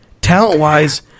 Talent-wise